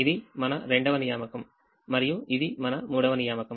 ఇది మన రెండవ నియామకం మరియు ఇది మన మూడవ నియామకం